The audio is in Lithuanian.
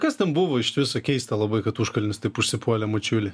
kas ten buvo iš viso keista labai kad užkalnis taip užsipuolė mačiulį